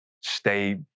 stay